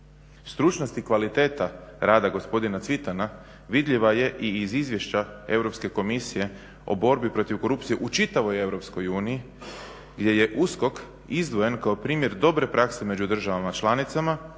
Stručnost i kvaliteta rada gospodina Cvitana vidljiva je i iz Izvješća Europske komisije o borbi protiv korupcije u čitavoj EU gdje je USKOK izdvojen kao primjer dobre prakse među državama članicama,